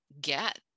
get